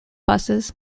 buses